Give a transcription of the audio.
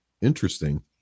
interesting